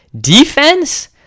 Defense